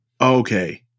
Okay